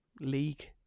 league